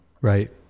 Right